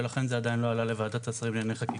ולכן זה עדיין לא עלה לוועדת השרים לענייני חקיקה,